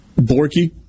Borky